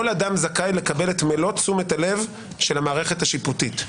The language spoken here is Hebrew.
כל אדם זכאי לקבל את מלוא תשומת הלב של המערכת השיפוטית,